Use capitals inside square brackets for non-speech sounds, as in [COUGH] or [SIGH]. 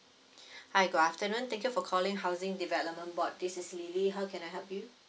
[BREATH] hi good afternoon thank you for calling housing development board this is lily how can I help you